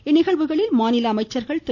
இந்நிகழ்வுகளில் மாநில அமைச்சர்கள் திரு